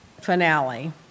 finale